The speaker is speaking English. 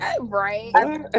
Right